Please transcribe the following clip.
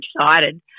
excited